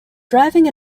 driving